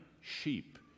sheep